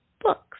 Books